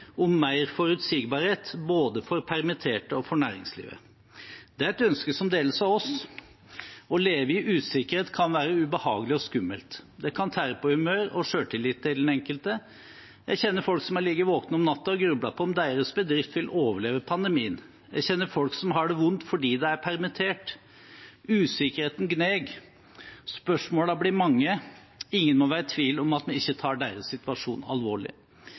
om mer forutsigbarhet både for permitterte og for næringslivet. Det er et ønske som deles av oss. Å leve i usikkerhet kan være ubehagelig og skummelt. Det kan tære på humøret og selvtilliten til den enkelte. Jeg kjenner folk som har ligget våkne om natten og grublet på om deres bedrift vil overleve pandemien. Jeg kjenner folk som har det vondt fordi de er permittert. Usikkerheten gnager. Spørsmålene blir mange. Ingen må være i tvil om at en tar deres situasjon alvorlig.